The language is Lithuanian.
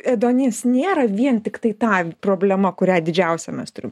ėduonis nėra vien tiktai ta problema kurią didžiausią mes turim